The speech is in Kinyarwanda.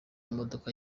imodoka